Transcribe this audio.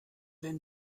wenn